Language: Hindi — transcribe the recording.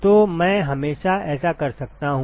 तो मैं हमेशा ऐसा कर सकता हूं